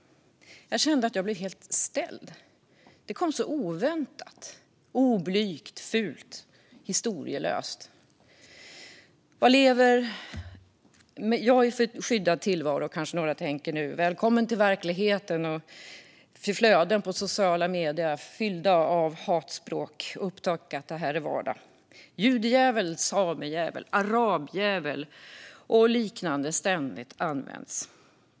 Jag kände att jag blev helt ställd. Det kom så oväntat. Oblygt. Fult. Historielöst. Vad lever hon i för skyddad tillvaro, kanske några tänker nu. Välkommen till verkligheten och till flöden på sociala medier fyllda med hatspråk! Upptäck att det här är vardag, där "judejävel", "samejävel", "arabjävel" och liknande ständigt används!